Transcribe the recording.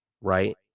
right